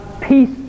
peace